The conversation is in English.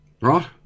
Right